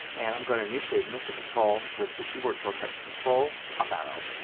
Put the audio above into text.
and i'm going to initiate mission control with the keyboard shortcut control up arrow.